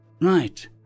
Right